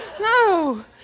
No